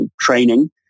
training